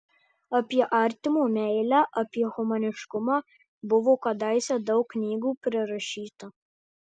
apie artimo meilę apie humaniškumą buvo kadaise daug knygų prirašyta